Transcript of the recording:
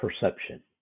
perception